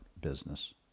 business